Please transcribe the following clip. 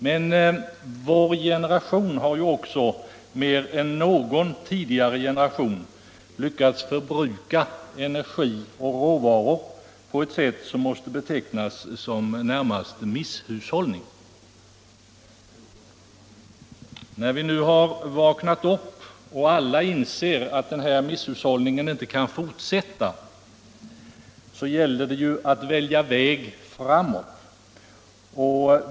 Men vår generation har också mer än någon tidigare generation lyckats förbruka energi och råvaror på ett sätt som måste betecknas som närmast misshushållning. När vi nu har vaknat upp och alla inser att denna misshushållning inte kan fortsätta, så gäller det att välja väg framåt.